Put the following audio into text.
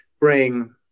bring